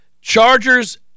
Chargers